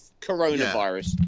coronavirus